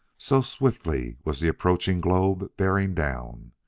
so swiftly was the approaching globe bearing down.